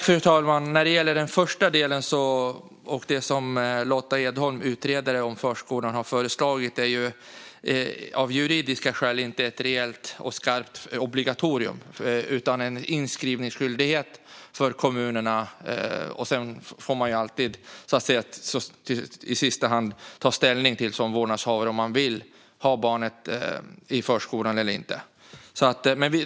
Fru talman! När det gäller den första delen och det som utredaren Lotta Edholm har föreslagit om förskolan är det av juridiska skäl inte ett reellt och skarpt obligatorium utan en inskrivningsskyldighet för kommunerna. Sedan får man som vårdnadshavare i sista hand ta ställning till om man vill ha barnet i förskolan eller inte.